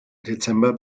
dezember